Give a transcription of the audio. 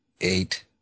eight